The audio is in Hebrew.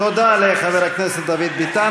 תודה לחבר הכנסת דוד ביטן.